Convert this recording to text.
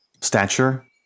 stature